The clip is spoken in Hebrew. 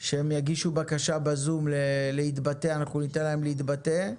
שיגישו בקשה בזום להתבטא, ניתן להם להתבטא,